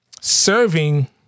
serving